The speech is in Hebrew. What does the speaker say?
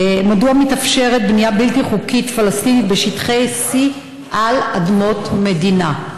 מדוע מתאפשרת בנייה בלתי חוקית פלסטינית בשטחי C על אדמות מדינה?